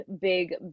big